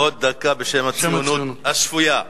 עוד דקה בשם הציונות השפויה.